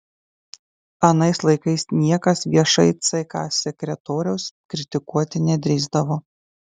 anais laikais niekas viešai ck sekretoriaus kritikuoti nedrįsdavo